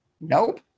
Nope